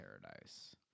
Paradise